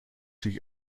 sich